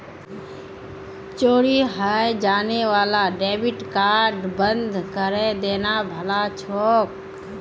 चोरी हाएं जाने वाला डेबिट कार्डक बंद करिहें देना भला छोक